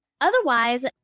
Otherwise